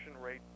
rate